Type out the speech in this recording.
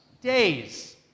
days